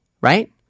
right